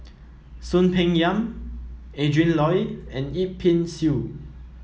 Soon Peng Yam Adrin Loi and Yip Pin Xiu